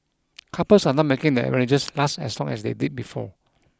couples are not making their marriages last as long as they did before